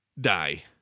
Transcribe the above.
die